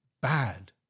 bad